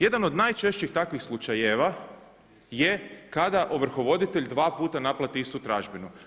Jedan od najčešćih takvih slučajeva je kada ovrhovoditelj dva puta naplati istu tražbinu.